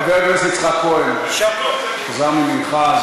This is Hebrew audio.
חבר הכנסת יצחק כהן חזר ממנחה,